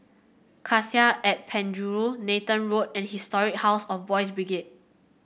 Cassia at Penjuru Nathan Road and Historic House of Boys' Brigade